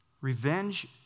Revenge